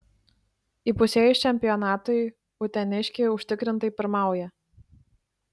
įpusėjus čempionatui uteniškiai užtikrintai pirmauja